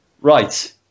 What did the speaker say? Right